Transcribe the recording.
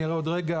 אני אראה עוד רגע,